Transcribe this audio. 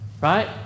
Right